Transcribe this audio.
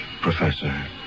Professor